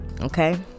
Okay